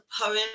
poem